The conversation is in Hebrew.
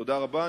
תודה רבה.